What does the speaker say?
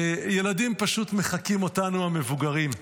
-- פשוט מחקים אותנו המבוגרים.